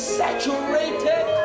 saturated